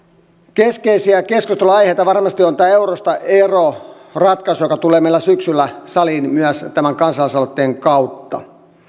keskeisiä keskustelunaiheita varmasti on tämä eurosta ero ratkaisu joka tulee meillä syksyllä saliin myös tämän kansalaisaloitteen kautta